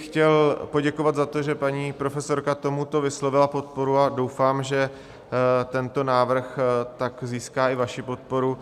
Chtěl bych poděkovat za to, že paní profesorka tomuto vyslovila podporu, a doufám, že tento návrh tak získá i vaši podporu.